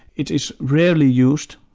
it is rarely used,